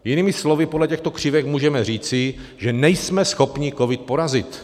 Jinými slovy, podle těchto křivek můžeme říci, že nejsme schopni covid porazit.